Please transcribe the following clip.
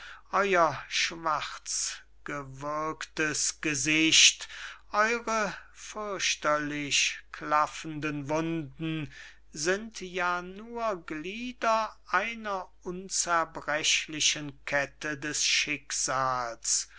euer schwarzgewürgtes gesicht eure fürchterlich klaffenden wunden sind ja nur glieder einer unzerbrechlichen kette des schicksals